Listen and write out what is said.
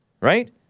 Right